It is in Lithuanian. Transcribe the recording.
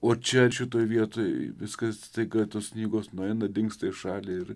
o čia šitoj vietoj viskas staiga tos knygos nueina dingsta į šalį ir